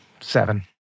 seven